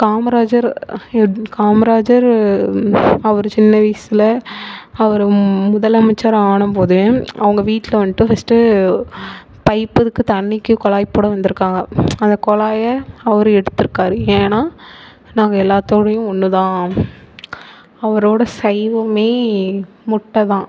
காமராஜர் காமராஜர் அவரு சின்ன வயசில் அவரு முதலமைச்சராக ஆன போது அவங்க வீட்டில் வந்துட்டு ஃபர்ஸ்ட்டு பைபுக்கு தண்ணிக்கு குழாய் போட வந்துருக்காங்க அந்த குழாயை அவரு எடுத்துருக்கார் ஏன்னா நாங்கள் எல்லாத்தோடையும் ஒன்று தான் அவரோட சைவமே முட்டை தான்